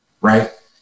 right